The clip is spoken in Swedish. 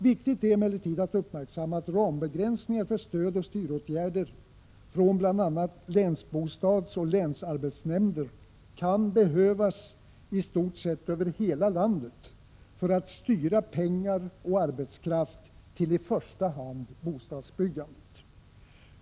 Viktigt är emellertid att uppmärksamma att rambegränsningar för stödoch styråtgärder från bl.a. länsbostadsoch länsarbetsnämnder kan behövas i stort sett över hela landet för att styra pengar och arbetskraft till i första hand bostadsbyggandet.